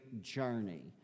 journey